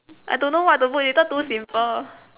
I don't know what to put later too simple